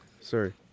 Sorry